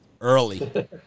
early